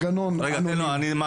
אותו.